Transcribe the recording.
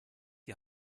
die